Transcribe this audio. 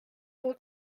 for